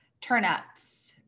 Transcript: turnips